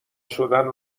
شدن